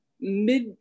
mid